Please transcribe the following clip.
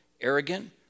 arrogant